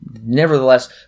nevertheless